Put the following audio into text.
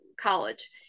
college